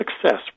success